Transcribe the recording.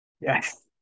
Yes